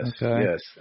yes